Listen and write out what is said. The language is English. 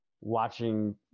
watching